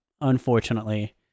unfortunately